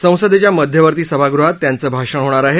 संसदेच्या मध्यवर्ती सभागृहात त्यांचं भाषण होणार आहे